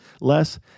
less